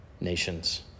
nations